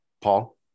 Paul